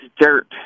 dirt